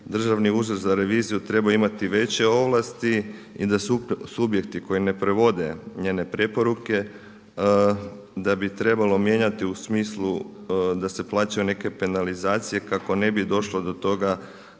Državni ured za reviziju trebao imati veće ovlasti da subjekti koji ne provode njene preporuke da bi trebalo mijenjati u smislu da se plaćaju neke penalizacije kako ne bi došlo do toga